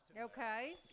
okay